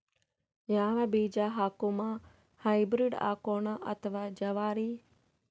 ಯಾವ ಬೀಜ ಹಾಕುಮ, ಹೈಬ್ರಿಡ್ ಹಾಕೋಣ ಅಥವಾ ಜವಾರಿ?